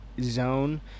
zone